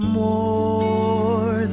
more